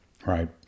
right